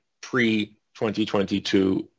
pre-2022